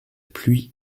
pluie